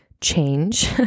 change